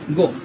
go